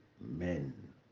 men